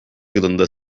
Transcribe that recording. yılında